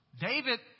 David